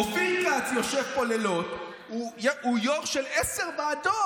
אופיר כץ יושב פה בלילות, והוא יו"ר של עשר ועדות.